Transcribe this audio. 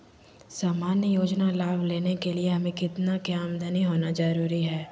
सामान्य योजना लाभ लेने के लिए हमें कितना के आमदनी होना जरूरी है?